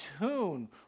tune